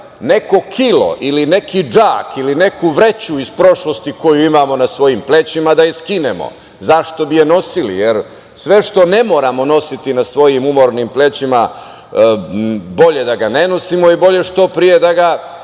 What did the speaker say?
neko kilo ili neki džak ili neku vreću iz prošlosti koju imamo na svojim plećima da je skinemo. Zašto bi je nosili? Jer sve što ne moramo nositi na svojim umornim plećima bolje da ga ne nosimo i bolje što pre da ga